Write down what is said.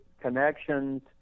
connections